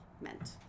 meant